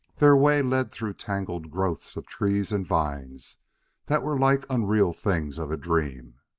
their way led through tangled growths of trees and vines that were like unreal things of a dream.